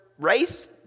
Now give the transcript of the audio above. race